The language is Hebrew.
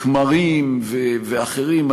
כמרים ואחרים,